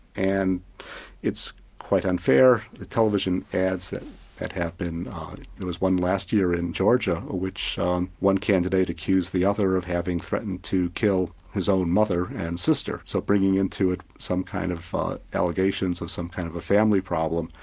and it's quite unfair, the television ads that that happen there was one last year in georgia in which um one candidate accused the other of having threatened to kill his own mother and sister so bringing into it some kind of allegations of some kind of a family problem,